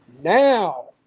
now